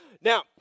Now